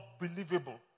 unbelievable